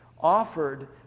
offered